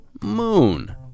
Moon